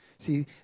See